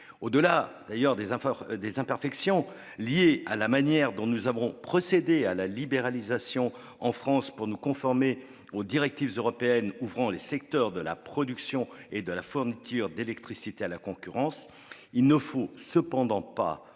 Au-delà des imperfections liées à la manière dont nous avons procédé, en France, à la libéralisation, pour nous conformer aux directives européennes ouvrant les secteurs de la production et de la fourniture d'électricité à la concurrence, rappelons